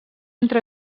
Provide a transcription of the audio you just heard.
entre